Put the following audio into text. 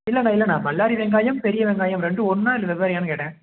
இல்லைண்ணா இல்லைண்ணா பல்லாரி வெங்காயம் பெரிய வெங்காயம் ரெண்டும் ஒண்ணா இல்லை வெவ்வேறுயான்னு கேட்டேன்